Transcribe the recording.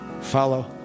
follow